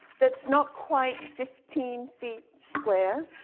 that's not quite fifteen feet square,